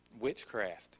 Witchcraft